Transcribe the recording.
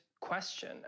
Question